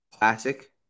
Classic